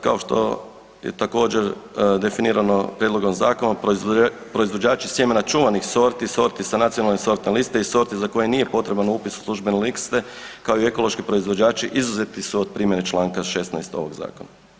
Kao što je također definirano prijedlogom zakona proizvođači sjemena čuvanih sorti, sorti sa nacionalne sortne liste i sorti za koje nije potreban upis u službene liste, kao i ekološki proizvođači izuzeti od primjene čl. 16. ovog zakona.